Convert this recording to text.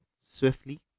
swiftly